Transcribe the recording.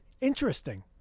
Interesting